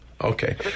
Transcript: Okay